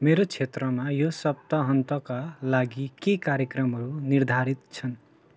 मेरो क्षेत्रमा यो सप्ताहन्तका लागि के कार्यक्रमहरू निर्धारित छन्